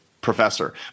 professor